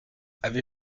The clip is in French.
avez